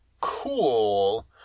cool